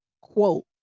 quote